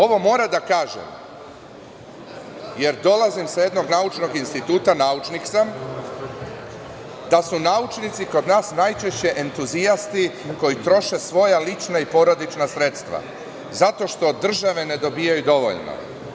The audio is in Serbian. Ovo moram da kažem, jer dolazim sa jednog naučnog instituta, naučnik sam, da su naučnici kod nas najčešće entuzijasti, koji troše svoja lična i porodična sredstva zato što od države ne dobijaju dovoljno.